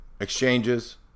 exchanges